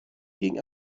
ging